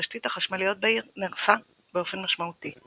תשתית החשמליות בעיר נהרסה באופן משמעותי.